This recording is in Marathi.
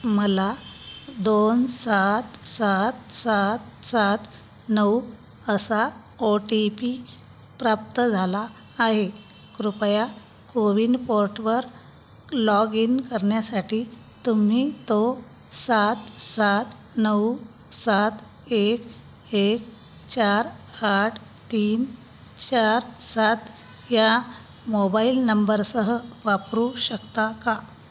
मला दोन सात सात सात सात नऊ असा ओ टी पी प्राप्त झाला आहे कृपया कोविन पोर्टवर लॉग इन करण्यासाठी तुम्ही तो सात सात नऊ सात एक एक चार आठ तीन चार सात या मोबाइल नंबरसह वापरू शकता का